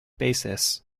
basis